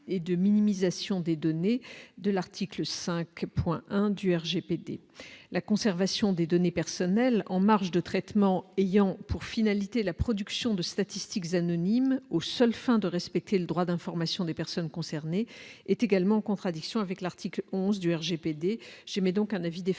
et de minimisation des données de l'article 5,1 du RGPD la conservation des données personnelles en marge de traitement ayant pour finalité la production de statistiques anonymes aux seules fins de respecter le droit d'information des personnes concernées est également en contradiction avec l'article 11 du RGPD j'émet donc un avis défavorable